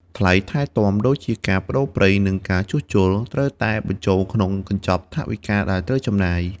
ថ្លៃថែទាំដូចជាការប្តូរប្រេង និងការជួសជុល ត្រូវតែបញ្ចូលក្នុងកញ្ចប់ថវិកាដែលត្រូវចំណាយ។